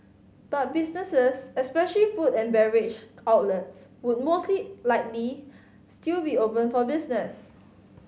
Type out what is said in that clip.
but businesses especially food and beverage outlets would mostly likely still be open for business